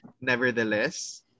Nevertheless